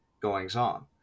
goings-on